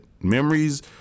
Memories